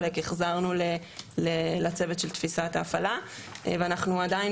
חלק החזרנו לצוות של תפיסת ההפעלה ואנחנו עדיין